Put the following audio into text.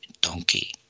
donkey